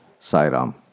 Sairam